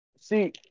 See